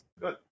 Good